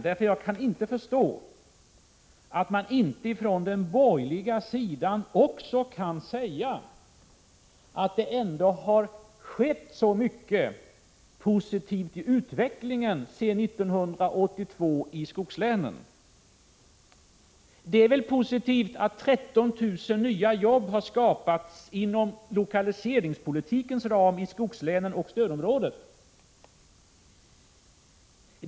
Jag kan nämligen inte förstå att man från den borgerliga sidan inte kan säga att det ändå har skett så mycket positivt beträffande utvecklingen i skogslänen sedan 1982. Det är väl positivt att 13 000 nya jobb har skapats inom lokaliseringspolitikens ram i skogslänen och i stödområdet?